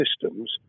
systems